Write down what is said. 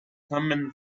thummim